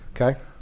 Okay